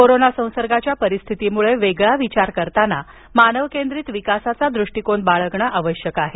corona संसर्गाच्या परिस्थितीमुळे वेगळा विचार करताना मानव केंद्रित विकासाचा दृष्टीकोन बाळगणं आवश्यक आहे